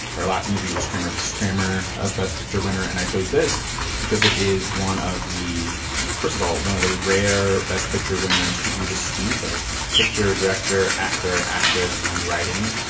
our last movie was kramer versus kramer, best picture winner. and i chose this because it is one of the first of all, one of the rare best picture winners to do the sweep of picture, director, actor, actress and writing.